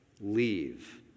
Leave